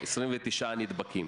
29 נדבקים.